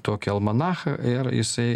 tokį almanachą ir jisai